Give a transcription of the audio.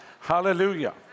Hallelujah